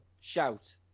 shout